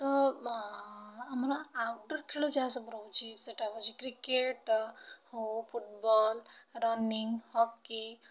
ତ ଆମର ଆଉଟ୍ଡ଼ୋର୍ ଖେଳ ଯାହାସବୁ ରହୁଛି ସେଟା ହେଉଛି କ୍ରିକେଟ୍ ହେଉ ଫୁଟବଲ୍ ରନିଂ ହକି